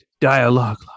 dialogue